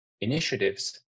initiatives